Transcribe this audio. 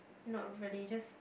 not really just